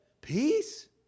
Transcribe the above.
peace